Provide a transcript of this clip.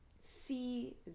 see